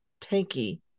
Tanky